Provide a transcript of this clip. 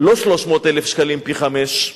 לא 300,000 שקלים, פי-חמישה,